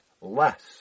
less